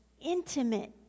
intimate